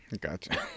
Gotcha